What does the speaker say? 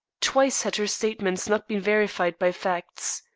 twice had her statements not been verified by facts.